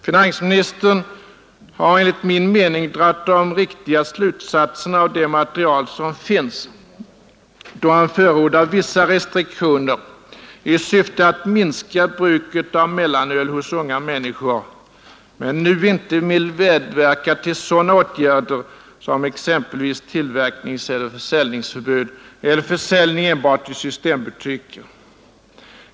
Finansministern har enligt min mening dragit de riktiga slutsatserna av det material som finns, då han förordar vissa restriktioner i syfte att minska bruket av mellanöl hos unga människor men nu inte vill medverka till sådana åtgärder som exempelvis tillverkningseller försäljningsförbud eller försäljning enbart i systembutiker.